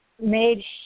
made